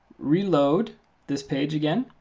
reload this page again.